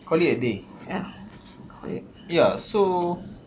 call it a day ya so